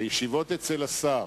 הישיבות אצל השר,